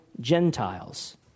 Gentiles